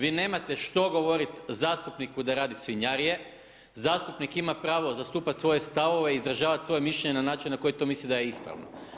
Vi nemate što govoriti zastupniku da radi svinjarije, zastupnik ima pravo zastupat svoje stavove i izražavat svoje mišljenje na način na koji misli da je ispravo.